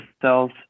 cells